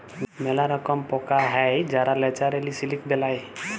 ম্যালা রকম পকা হ্যয় যারা ল্যাচারেলি সিলিক বেলায়